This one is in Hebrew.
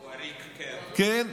הוא עריק, כן.